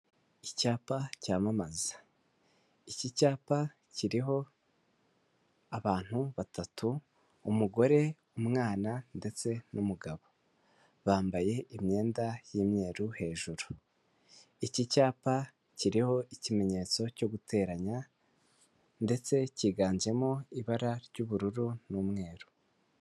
Icyapa cyamamaza iki cyapa kiriho abantu batatu umugore, umwana, ndetse n'umugabo bambaye imyenda y'imweru hejuru iki cyapa kiriho ikimenyetso cyo guteranya ndetse cyiganjemo ibara ry'ubururu n'umweru.